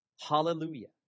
Hallelujah